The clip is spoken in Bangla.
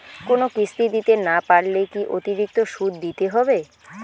কোনো কিস্তি দিতে না পারলে কি অতিরিক্ত সুদ দিতে হবে?